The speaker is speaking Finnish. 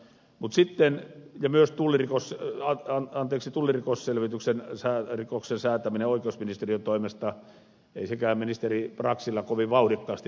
mutsi perää myös tullirikos on anteeksi tuli rikosilmoituksen sai tulliselvitysrikoksen säätäminen oikeusministeriön toimesta ei sekään ministeri braxilla kovin vauhdikkaasti liikkeelle lähtenyt